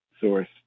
source